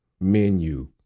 menu